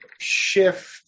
shift